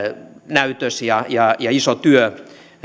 näytös ja ja iso työ